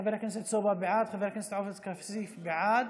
חבר הכנסת סובה, בעד, חבר הכנסת עופר כסיף, בעד,